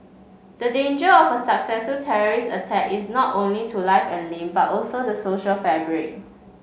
the danger of a successful terrorist attack is not only to life and limb but also the social fabric